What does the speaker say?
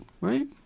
right